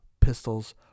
pistols